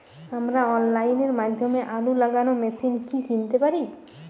আমরা অনলাইনের মাধ্যমে আলু লাগানো মেশিন কি কিনতে পারি?